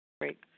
Great